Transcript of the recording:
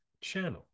channel